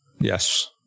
Yes